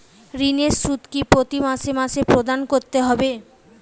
ঋণের সুদ কি প্রতি মাসে মাসে প্রদান করতে হবে?